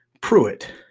Pruitt